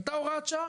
הייתה הוראת שעה?